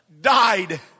died